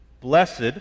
Blessed